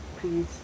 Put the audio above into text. please